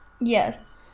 Yes